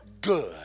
good